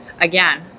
again